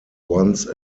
once